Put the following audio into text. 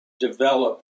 develop